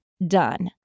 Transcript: Done